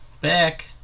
back